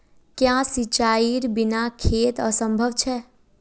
क्याँ सिंचाईर बिना खेत असंभव छै?